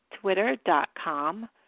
twitter.com